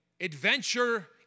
Adventure